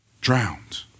drowned